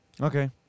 Okay